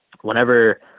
whenever